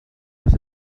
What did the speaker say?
les